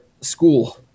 school